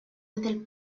del